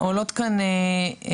עולות כאן טענות,